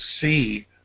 see